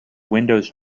windows